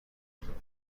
میگیرند